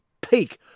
peak